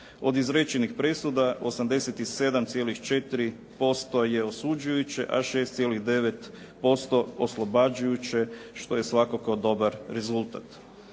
Od izrečenih presuda 87,4% je osuđujuće, a 6,9% oslobađajuće, što je svakako dobar rezultat.